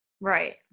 Right